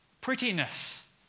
prettiness